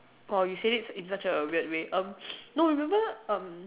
!wow! you say it in such a weird way um no remember um